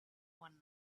one